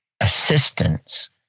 assistance